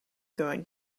going